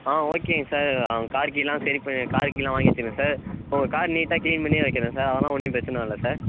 ஆ ஓகேங்க sir car கீலாம் செர ப கார் கீலாம் வாங்கி வச்சிக்கிறேன் சார் உங்க கார் நீட்டாக க்ளீன் பண்ணியே வைக்கிறேன் சார் அதெல்லாம் ஒன்றும் பிரச்சனை இல்லை சார்